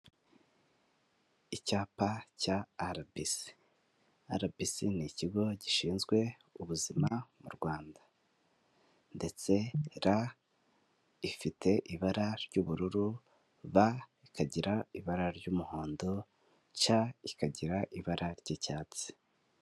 Icyapa cya arabisi arabis ni ikigo gishinzwe ubuzima mu Rwanda ndetse ra ifite ibara ry'ubururu, ba ikagira ibara ry'umuhondo ca ikagira ibara ry'icyatsi.